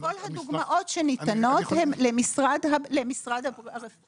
כל הדוגמאות שניתנות הן למשרד הבריאות.